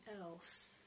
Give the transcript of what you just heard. else